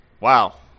Wow